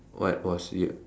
what what's weird